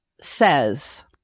says